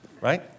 right